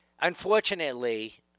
unfortunately